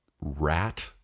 rat